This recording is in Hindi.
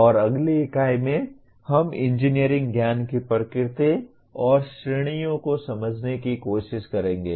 और अगली इकाई में हम इंजीनियरिंग ज्ञान की प्रकृति और श्रेणियों को समझने की कोशिश करेंगे